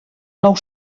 nou